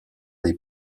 des